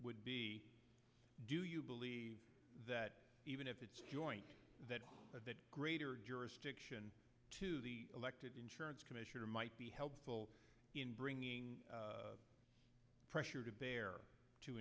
would be do you believe that even if it's joint that greater jurisdiction to the elected insurance commissioner might be helpful in bringing pressure to bear to